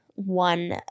One